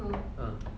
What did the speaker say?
ah